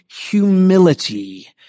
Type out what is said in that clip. humility